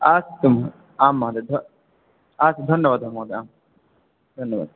अस्तु आं महोदय् अस्तु धन्यवादः महोदय धन्यवादः